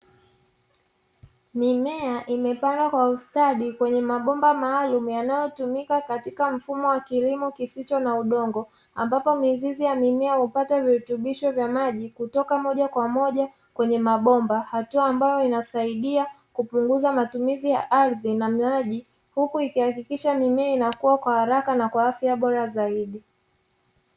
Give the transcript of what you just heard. Mimea imepandwa kwa ustadi kwenye mabomba maalumu yanayotumika katika mfumo wa kilimo kisicho na udongo, ambapo mizizi ya mimea hupata virutubisho vya maji kutoka moja kwa moja kwenye mabomba, hatua ambayo inasaidia kupunguza matumizi ya ardhi na maji huku ikihakikisha mimea inakuwa kwa haraka na kwa afya bora zaidi.